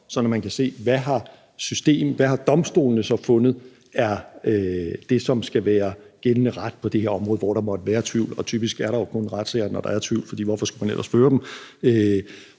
at man kan se, hvad domstolene har fundet er det, som skal være gældende ret på det her område, hvor der måtte være tvivl – og typisk er der jo kun retssager, når der er tvivl, for hvorfor skulle man ellers føre dem?